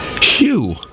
shoe